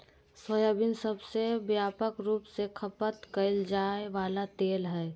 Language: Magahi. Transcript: सोयाबीन सबसे व्यापक रूप से खपत कइल जा वला तेल हइ